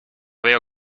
veo